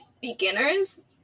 beginners